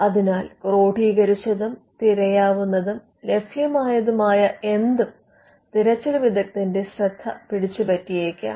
അതിനാൽ ക്രോഡീകരിച്ചതും തിരയാവുന്നതും ലഭ്യമായതുമായ എന്തും തിരച്ചിൽ വിദഗ്ദ്ധന്റെ ശ്രദ്ധ പിടിച്ചുപറ്റിയേക്കാം